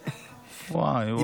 וואי, וואי, וואי.